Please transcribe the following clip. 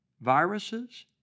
viruses